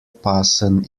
passen